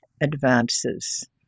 advances